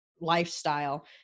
lifestyle